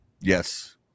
Yes